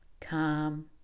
calm